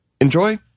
enjoy